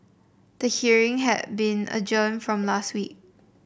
the hearing had been adjourned from last week